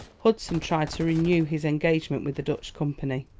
hudson tried to renew his engagement with the dutch company.